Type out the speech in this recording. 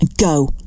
go